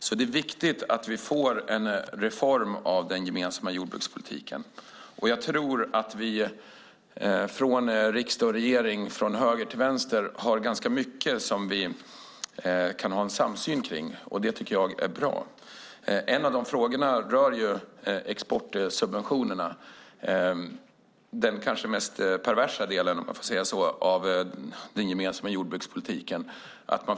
Det är därför viktigt att vi får en reform av den gemensamma jordbrukspolitiken. Jag tror att vi från riksdag och regering, från höger till vänster, har ganska mycket som vi kan ha en samsyn i. Det är bra. En av dessa frågor rör exportsubventionerna. Det är den kanske mest perversa delen, om jag får säga så, av den gemensamma jordbrukspolitiken.